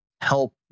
help